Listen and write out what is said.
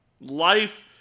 Life